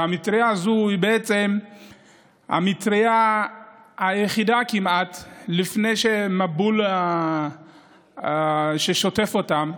והמטרייה הזאת היא בעצם כמעט המטרייה היחידה לפני המבול ששוטף אותם,